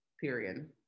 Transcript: period